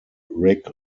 rick